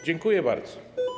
Dziękuję bardzo.